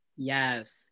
yes